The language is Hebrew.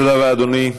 תודה רבה, אדוני.